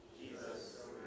Jesus